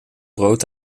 brood